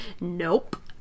Nope